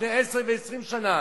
לפני עשר ו-20 שנה,